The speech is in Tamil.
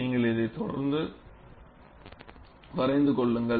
நீங்கள் இதை வரைந்து கொள்ளுங்கள்